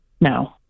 No